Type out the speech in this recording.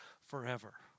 forever